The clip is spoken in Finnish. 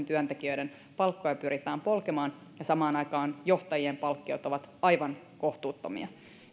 työntekijöiden palkkoja pyritään polkemaan ja samaan aikaan johtajien palkkiot ovat aivan kohtuuttomia